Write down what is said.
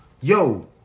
yo